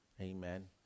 Amen